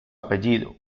apellido